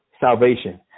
salvation